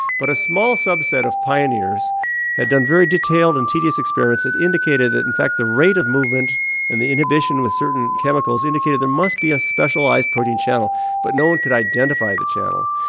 but a small subset of pioneers had done very detailed and tedious experiments that indicated that in fact the rate of movement and the inhibition with certain chemicals indicated there must be a specialised protein channel but no one could identify the channel,